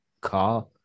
car